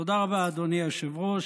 תודה רבה, אדוני היושב-ראש.